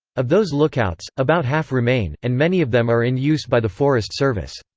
of those lookouts, about half remain, and many of them are in use by the forest service.